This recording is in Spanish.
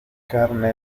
carne